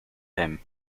him